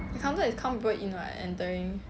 counter is count people in what entering